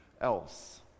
else